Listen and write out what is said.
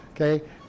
okay